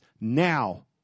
now